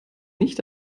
nicht